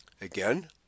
Again